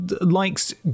likes